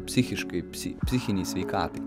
psichiškai psi psichinei sveikatai